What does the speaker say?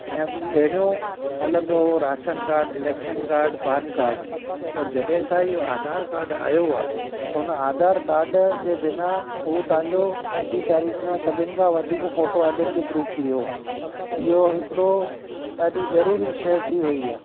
ऐं पहिरियों हलंदो हो ration card election card PAN card पर जॾहिं का इहो आधार कार्ड आहियो आहे हुन आधार कार्ड जे बिना उहो तव्हांजो अॼ जी तारीख़ में सभिनि खां वधीक फोटो आईडेंटी प्रूफ थी वियो आहे इहो हिकिड़ो ॾाढी ज़रूरी शइ थी वई आहे